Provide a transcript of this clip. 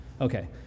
Okay